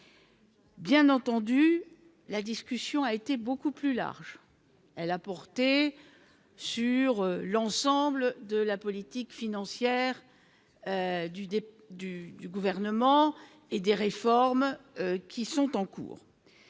Bien entendu, la discussion a été beaucoup plus large, elle a porté sur l'ensemble de la politique financière du début du du gouvernement et des réformes qui sont en cours